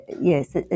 yes